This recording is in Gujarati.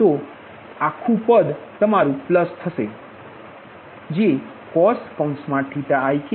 તેથી આખરે તમારું તે પદ વત્તા હશે